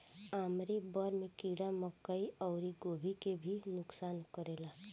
army worm कीड़ा मकई अउरी गोभी के भी नुकसान करेला